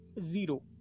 zero